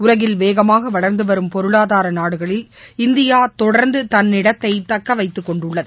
உலகில் வேகமாக வளர்ந்து வரும் பொருளாதார நாடுகளில் இந்தியா தொடர்ந்து தன்னிடத்தை தக்கவைத்து கொண்டுள்ளது